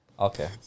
Okay